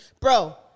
Bro